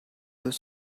deux